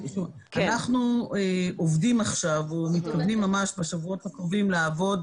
אנחנו עובדים עכשיו או מתכוונים ממש בשבועות הקרובים לעבוד